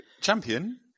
Champion